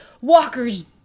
walkers